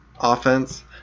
offense